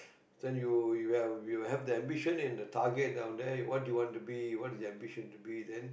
then you you have you'll have the ambition and the target down there what do you want to be what is the ambition to be then